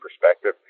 perspective